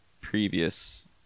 previous